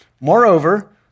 moreover